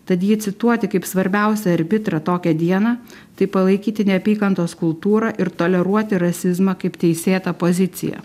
tad jį cituoti kaip svarbiausią arbitrą tokią dieną taip palaikyti neapykantos kultūrą ir toleruoti rasizmą kaip teisėtą poziciją